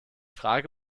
frage